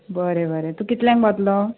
बरें बरें तूं कितल्यांग पावतलो